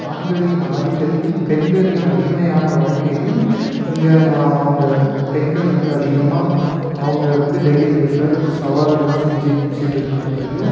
ஆண்களின் ஆதிக்கத்தையும் பெண்களின் அடிமையான வாழ்க்கையையும் இங்கே நான் அவங்க பெண்கள் வந்து அதிகமாக அவங்க வந்து டெய்லி லைஃப்ல சவால்களாக சந்திச்சிகிட்டு இருக்காங்கன்றதையும்